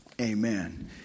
amen